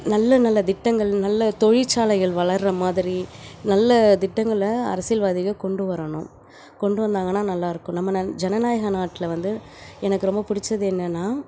நல்ல நல்ல திட்டங்கள் நல்ல தொழிற்சாலைகள் வளர்கிற மாதிரி நல்ல திட்டங்களை அரசியல்வாதிகள் கொண்டு வரணும் கொண்டு வந்தாங்கன்னா நல்லாயிருக்கும் நம்ம நன் ஜனநாயக நாட்டில் வந்து எனக்கு ரொம்ப பிடிச்சது என்னென்னால்